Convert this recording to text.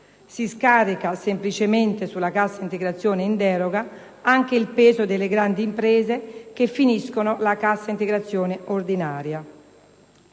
Si scarica semplicemente sulla cassa integrazione in deroga anche il peso delle grandi imprese che finiscono la cassa integrazione ordinaria.